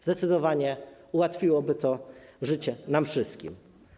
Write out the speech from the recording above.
Zdecydowanie ułatwiłoby to życie nam wszystkim.